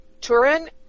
Turin